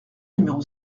numéro